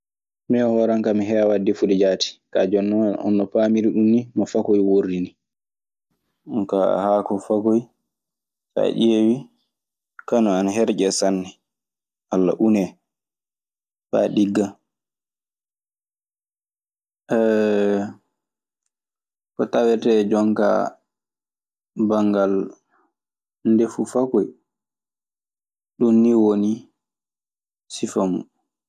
Mi'e e hooran ka mi heewa defude jaati, kaa jonno hono paamirmi ɗum ni no fakoy wordini. Ɗun kaa haako fakoy so a ƴeewii, kañun ana herƴee sanne walla unee faa ɗigga. Ko tawetee jonkaa banngal ndefu fakoy, ɗun nii woni sifa mun.